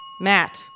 Matt